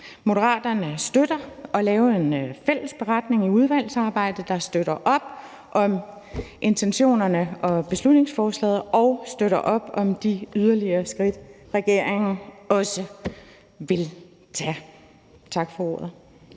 Moderaterne støtter at lave en fælles beretning i udvalgsarbejdet, der støtter op om intentionerne og beslutningsforslaget og støtter op om de yderligere skridt, regeringen også vil tage. Tak for ordet.